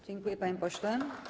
Dziękuję, panie pośle.